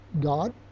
God